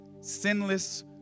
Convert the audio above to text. sinless